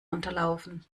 unterlaufen